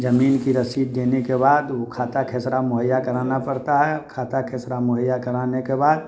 जमीन की रसीद देने के बाद वो खाता खेसरा मुहैया कराना पड़ता है खाता खसरा मुहैया कराने के बाद